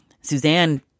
Suzanne